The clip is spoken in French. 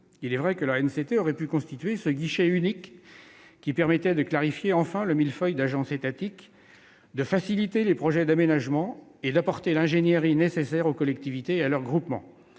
Il est vrai que l'ANCT aurait pu constituer ce guichet unique permettant de clarifier enfin le millefeuille d'agences étatiques, de faciliter les projets d'aménagement et d'apporter l'ingénierie nécessaire aux collectivités et à leurs groupements.